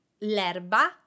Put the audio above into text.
l'erba